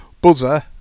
buzzer